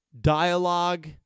dialogue